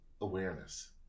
awareness